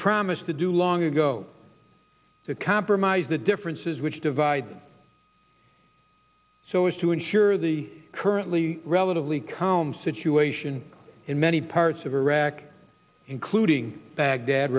promised to do long ago to compromise the differences which divide so as to ensure the currently relatively calm situation in many parts of iraq including baghdad